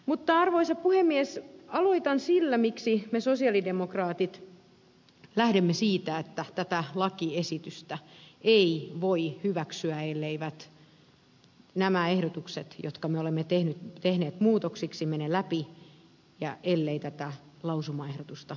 mutta arvoisa puhemies aloitan sillä miksi me sosiaalidemokraatit lähdemme siitä että tätä lakiesitystä ei voi hyväksyä elleivät nämä ehdotukset jotka me olemme tehneet muutoksiksi mene läpi ja ellei tätä lausumaehdotusta hyväksytä